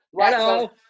hello